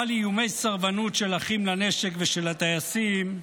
אבל איומי סרבנות של אחים לנשק ושל הטייסים,